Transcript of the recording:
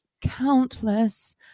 countless